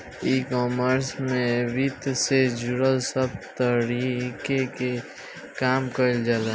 ecommerce में वित्त से जुड़ल सब तहरी के काम कईल जाला